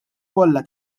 kollha